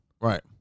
Right